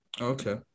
Okay